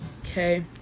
okay